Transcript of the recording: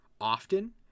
often